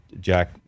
Jack